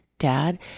Dad